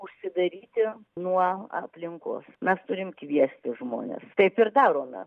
užsidaryti nuo aplinkos mes turim kviesti žmones taip ir darome